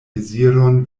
deziron